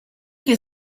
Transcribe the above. che